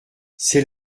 ses